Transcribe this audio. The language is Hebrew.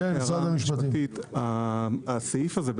הסעיף הזה,